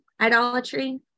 idolatry